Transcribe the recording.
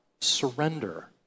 surrender